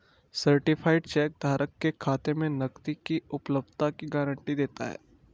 certified cheque धारक के खाते में नकदी की उपलब्धता की गारंटी देता है